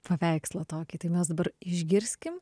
paveikslą tokį tai mes dar išgirskim